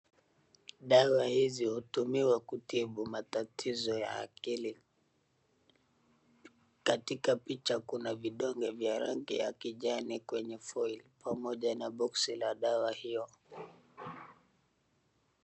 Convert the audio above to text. Dawa hizi hutumika kutibu matatizo ya akili. Katika picha kuna vidonge vya rangi ya kijani kwenye [cs[foil pamoja na box la dawa hiyo.